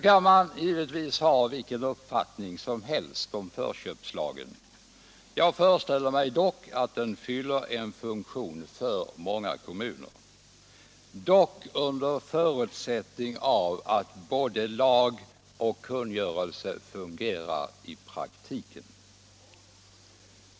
Man kan givetvis ha vilken uppfattning som helst om förköpslagen. Jag föreställer mig att den fyller en funktion för många kommuner, dock under förutsättning att både lag och kungörelse fungerar i praktiken.